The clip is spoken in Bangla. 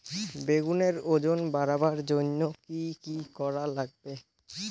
বেগুনের ওজন বাড়াবার জইন্যে কি কি করা লাগবে?